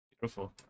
Beautiful